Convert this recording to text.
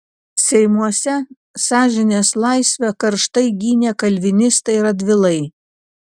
seimuose sąžinės laisvę karštai gynė kalvinistai radvilai